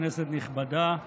כנסת נכבדה,